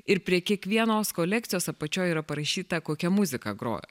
ir prie kiekvienos kolekcijos apačioj yra parašyta kokia muzika grojo